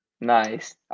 Nice